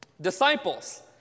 disciples